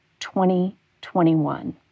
2021